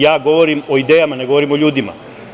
Ja govorim o idejama, ne govorim o ljudima.